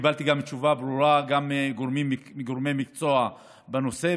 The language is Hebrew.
וקיבלתי תשובה ברורה גם מגורמי מקצוע בנושא,